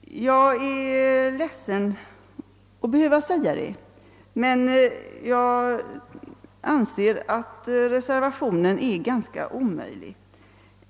Jag är ledsen att behöva säga det, men jag anser att reservationen är ganska omöjlig.